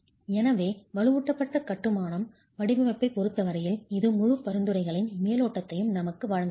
எனவே வலுவூட்டப்பட்ட கட்டுமான வடிவமைப்பைப் பொறுத்த வரையில் இது முழுப் பரிந்துரைகளின் மேலோட்டத்தையும் நமக்கு வழங்குகிறது